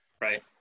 Right